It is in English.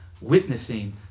witnessing